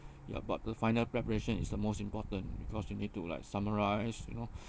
ya but the final preparation is the most important because you need to like summarise you know